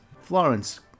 Florence